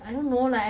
mm